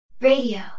Radio